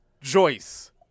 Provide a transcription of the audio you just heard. Joyce